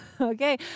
Okay